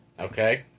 Okay